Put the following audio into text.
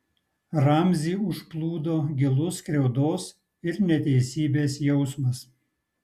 ramzį užplūdo gilus skriaudos ir neteisybės jausmas